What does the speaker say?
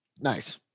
Nice